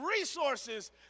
resources